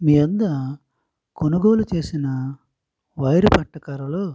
నీ వద్ద కొనుగోలు చేసిన వైరు పట్టుకరలో